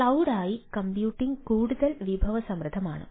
അതിനാൽ ക്ലൌഡായി കമ്പ്യൂട്ടിംഗ് കൂടുതൽ വിഭവസമൃദ്ധമാണ്